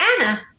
anna